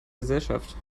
gesellschaft